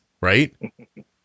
right